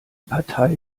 partei